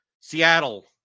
Seattle